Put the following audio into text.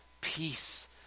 peace